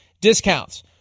discounts